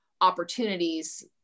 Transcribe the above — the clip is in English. opportunities